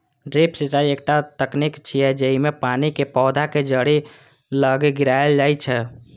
drip सिंचाइ एकटा तकनीक छियै, जेइमे पानि कें पौधाक जड़ि लग गिरायल जाइ छै